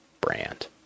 brand